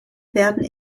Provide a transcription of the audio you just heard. werden